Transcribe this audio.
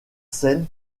scène